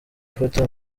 gufata